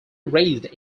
raised